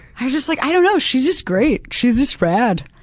i just like, i don't know, she's just great, she's just rad.